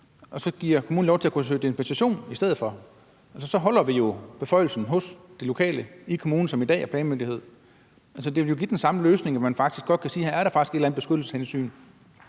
så giver man kommunen lov til at kunne søge dispensation i stedet for? Så holder vi jo beføjelsen hos det lokale, i kommunen, som i dag er planmyndigheden. Altså, det ville jo give den samme løsning, at man faktisk godt kunne sige, at her er der faktisk et eller andet beskyttelseshensyn,